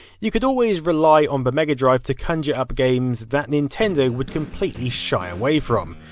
you could always rely on the mega drive to conjur up games that nintendo would completely shy away from.